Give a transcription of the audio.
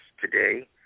today